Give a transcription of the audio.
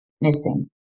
missing